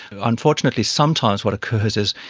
unfortunately sometimes what occurs is,